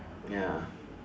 ya